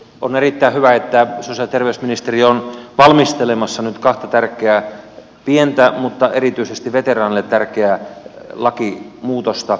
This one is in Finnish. on erittäin hyvä että sosiaali ja terveysministeriö on valmistelemassa nyt kahta tärkeää pientä mutta erityisesti veteraaneille tärkeää lakimuutosta